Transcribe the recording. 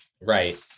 Right